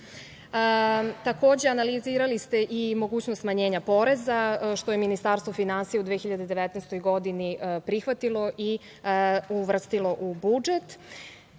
analizirali ste i mogućnost smanjenja poreza, što je Ministarstvo finansija u 2019. godini prihvatilo i uvrstilo u budžet. Na